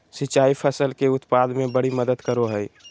सिंचाई फसल के उत्पाद में बड़ी मदद करो हइ